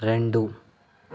రెండు